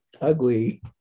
ugly